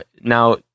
Now